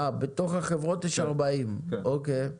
בתוך החברות יש 40. אוקיי.